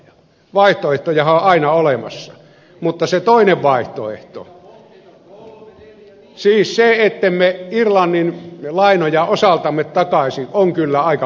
vaihtoehtojahan on aina olemassa mutta se toinen vaihtoehto siis se et temme irlannin lainoja osaltamme takaisi on kyllä aika lailla synkkä